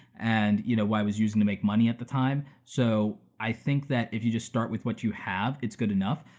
and what you know i was using to make money at the time. so i think that if you just start with what you have, it's good enough.